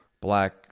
black